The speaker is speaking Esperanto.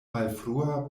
malfrua